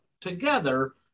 together